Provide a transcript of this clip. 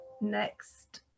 next